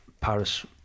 Paris